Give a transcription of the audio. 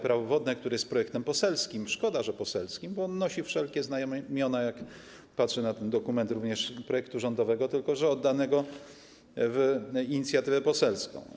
Prawo wodne, który jest projektem poselskim, powiem, że szkoda, że poselskim, bo on nosi wszelkie znamiona - gdy patrzę na ten dokument - również projektu rządowego, tylko że oddanego w inicjatywę poselską.